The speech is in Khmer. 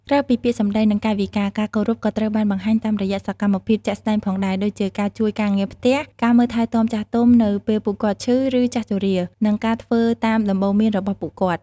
ក្រៅពីពាក្យសម្ដី និងកាយវិការ ការគោរពក៏ត្រូវបានបង្ហាញតាមរយៈសកម្មភាពជាក់ស្តែងផងដែរ ដូចជាការជួយការងារផ្ទះ ការមើលថែទាំចាស់ទុំនៅពេលពួកគាត់ឈឺ ឬចាស់ជរា និងការធ្វើតាមដំបូន្មានរបស់ពួកគាត់។